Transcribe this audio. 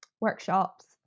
workshops